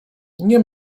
nie